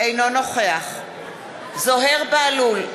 אינו נוכח זוהיר בהלול,